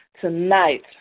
Tonight